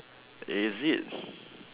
is it